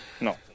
No